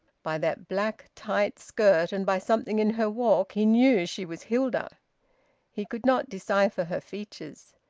by that black, tight skirt and by something in her walk he knew she was hilda he could not decipher her features.